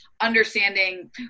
understanding